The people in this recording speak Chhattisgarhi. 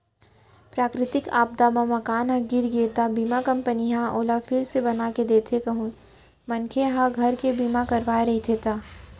पराकरितिक आपदा म मकान ह गिर गे त बीमा कंपनी ह ओला फिर से बनाके देथे कहूं मनखे ह घर के बीमा करवाय रहिथे ता